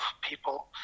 people